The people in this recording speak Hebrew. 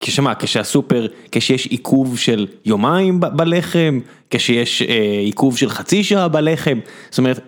כשמה כשהסופר כשיש עיכוב של יומיים בלחם כשיש עיכוב של חצי שעה בלחם.